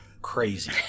crazy